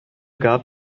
gab